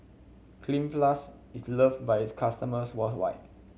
Cleanz Plus is loved by its customers worldwide